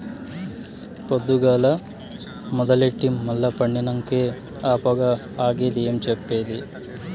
పొద్దుగాల మొదలెట్టి మల్ల పండినంకే ఆ పొగ ఆగేది ఏం చెప్పేది